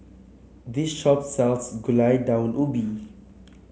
this shop sells Gulai Daun Ubi